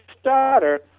starter